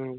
ꯎꯝ